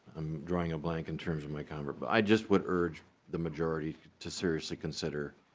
i'm drawing a blank in terms of my comment but i just would urge the majority to seriously consider.